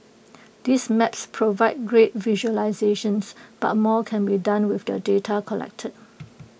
these maps provide great visualisations but more can be done with the data collected